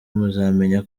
muzamenye